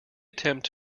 attempt